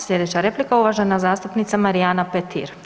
Sljedeća replika uvažena zastupnica Marijana Petir.